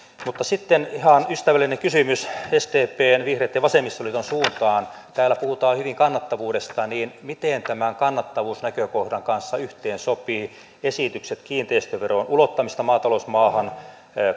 mutta sitten ihan ystävällinen kysymys sdpn vihreitten ja vasemmistoliiton suuntaan kun täällä puhutaan hyvin kannattavuudesta niin miten tämän kannattavuusnäkökohdan kanssa yhteen sopivat esitykset kiinteistöveron ulottamisesta maatalousmaahan